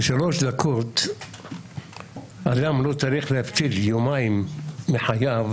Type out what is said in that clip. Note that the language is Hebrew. לשלוש דקות אדם לא צריך להפסיד יומיים מחייו